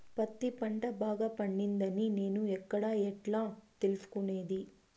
పత్తి పంట బాగా పండిందని నేను ఎక్కడ, ఎట్లా తెలుసుకునేది?